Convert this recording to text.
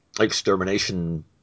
extermination